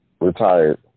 retired